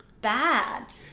bad